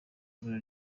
ibura